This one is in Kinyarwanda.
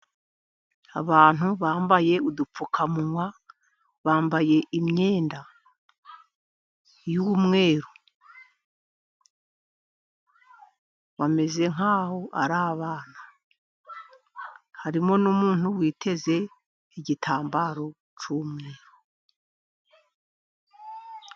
Abantu bambaye udupfukamunwa, bambayeyenda y'umweru, bameze nkaho ari abana, Harimo n'umuntu witeze igitambaro cy'umweru.